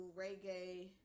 reggae